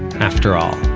after all.